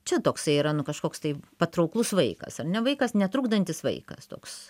čia toksai yra nu kažkoks tai patrauklus vaikas ar ne vaikas netrukdantis vaikas toks